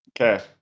Okay